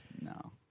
No